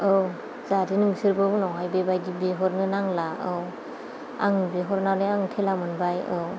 औ जाहाथे नोंसोरबो उनावहाय बेबायदि बिहरनो नांला औ आं बिहरनानै आं थेला मोनबाय औ